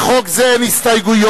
לחוק זה אין הסתייגויות,